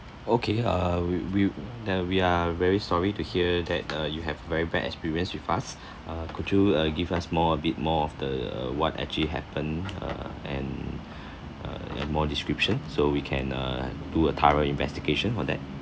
okay uh we we that we are very sorry to hear that uh you have very bad experience with us uh could you uh give us more a bit more of the uh what actually happen uh and (uh)and more description so we can uh do a thorough investigation for that